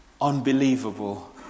unbelievable